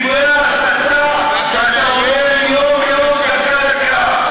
מדברי הסתה שאתה אומר יום-יום, דקה-דקה.